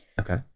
Okay